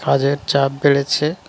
কাজের চাপ বেড়েছে